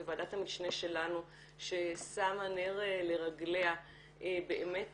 בוועדת המשנה שלנו ששמה נר לרגליה באמת